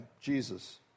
Jesus